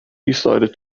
decided